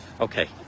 okay